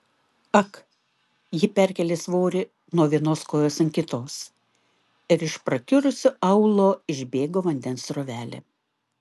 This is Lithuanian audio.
ak ji perkėlė svorį nuo vienos kojos ant kitos ir iš prakiurusio aulo išbėgo vandens srovelė